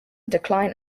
decline